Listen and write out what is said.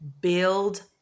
build